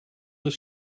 this